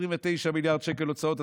29 מיליארד שקל הוצאות.